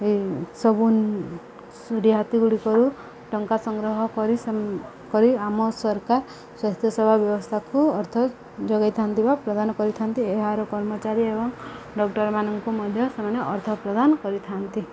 ଏ ସବୁ ରିହାତି ଗୁଡ଼ିକରୁ ଟଙ୍କା ସଂଗ୍ରହ କରି କରି ଆମ ସରକାର ସ୍ୱାସ୍ଥ୍ୟ ସେବା ବ୍ୟବସ୍ଥାକୁ ଅର୍ଥ ଯୋଗାଇଥାନ୍ତି ବା ପ୍ରଦାନ କରିଥାନ୍ତି ଏହାର କର୍ମଚାରୀ ଏବଂ ଡକ୍ଟରମାନଙ୍କୁ ମଧ୍ୟ ସେମାନେ ଅର୍ଥ ପ୍ରଦାନ କରିଥାନ୍ତି